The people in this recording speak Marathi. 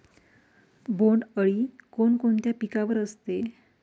बोंडअळी कोणकोणत्या पिकावर असते?